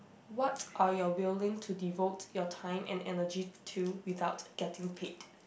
what are you willing to devote your time and energy to without getting paid